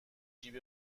جیب